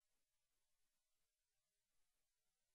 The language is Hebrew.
הציבור